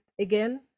again